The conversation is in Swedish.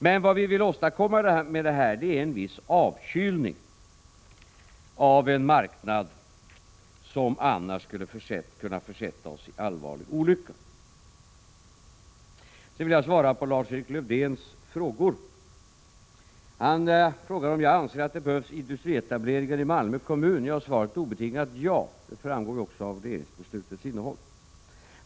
Men vad vi vill åstadkomma är en viss avkylning av en marknad som annars skulle kunna försätta oss i allvarlig olycka. Sedan vill jag svara på Lars-Erik Lövdéns frågor. Han frågar om jag anser att det behövs industrietableringar i Malmö kommun. Svaret är obetingat ja, och det framgår också av regeringsbeslutets innehåll.